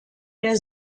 mehr